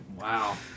wow